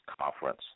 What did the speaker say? Conference